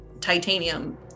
titanium